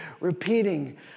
repeating